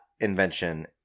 invention